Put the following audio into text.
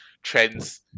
trends